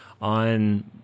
on